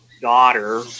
daughter